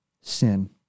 sin